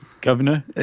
Governor